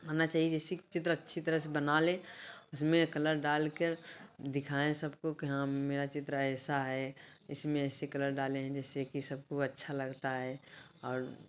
होना चाहिए जिससे कि चित्र अच्छी तरह से बना लें उसमें कलर डालकर दिखाए सबको कि हाँ मेरा चित्र ऐसा है इसमें ऐसे कलर डाले हैं जिससे कि सबको अच्छा लगता है और